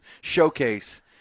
showcase –